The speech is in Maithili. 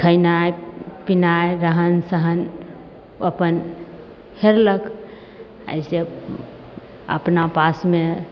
खैनाइ पिनाइ रहन सहन अपन फेरलक आइ जब अपना पासमे